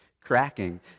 cracking